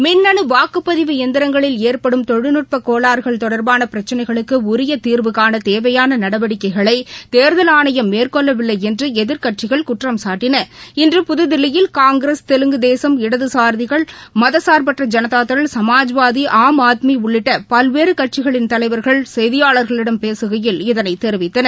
மின்னு வாக்குப்பதிவு இயந்திரங்களில் ஏற்படும் தொழில்நுட்பக் கோளாறுகள் தொடர்பான பிரச்சினைகளுக்கு உரிய தீர்வு காண தேவையான நடவடிக்கைகளை தேர்தல் ஆணையம் மேற்கொள்ளவில்லை என்று எதிர்க்கட்சிகள் குற்றம் சாட்டின இன்று புதுதில்லியில் காங்கிரஸ் தெலுங்கு தேசம் இடதுசாரிகள் மதச்சார்பற்ற ஜனதா தள் சமாஜ்வாதி ஆம் ஆத்மி உள்ளிட்ட பல்வேறு கட்சிகளின் தலைவர்கள் செய்தியாளர்களிடம் பேசுகையில் இதனைத் தெரிவித்தனர்